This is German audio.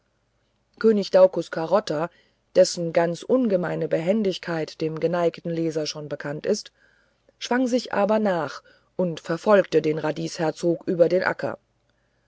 könig daucus carota dessen ganz ungemeine behendigkeit dem geneigten leser schon bekannt ist schwang sich aber nach und verfolgte den radiesherzog über den acker